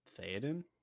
Theoden